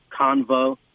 convo